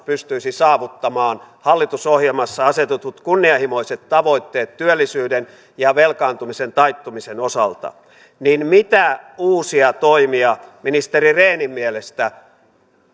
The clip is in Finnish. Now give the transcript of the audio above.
pystyisi saavuttamaan hallitusohjelmassa asetetut kunnianhimoiset tavoitteet työllisyyden ja velkaantumisen taittumisen osalta niin mitä uusia toimia ministeri rehnin mielestä